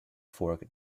fork